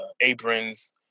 aprons